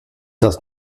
das